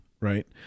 right